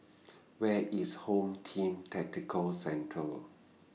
Where IS Home Team Tactical Centre